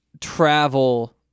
travel